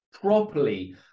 properly